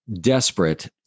desperate